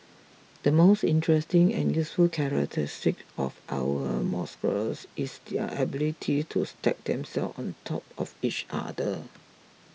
the most interesting and useful characteristic of our molecules is their ability to stack themselves on top of each other